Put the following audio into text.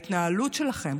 ההתנהלות שלכם,